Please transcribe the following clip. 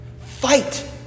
Fight